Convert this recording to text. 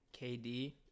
KD